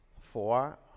Four